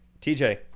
TJ